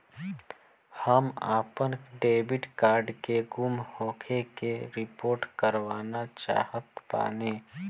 हम आपन debit card के गुम होखे के रिपोर्ट करवाना चाहत बानी